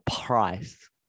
price